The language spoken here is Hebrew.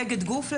נגד גוף,